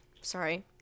Sorry